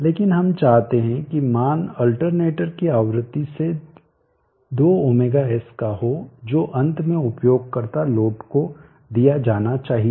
लेकिन हम चाहते हैं कि मान अल्टरनेटर की आवृत्ति से 2ωs का हो जो अंत में उपयोगकर्ता लोडको दिया जाना चाहिए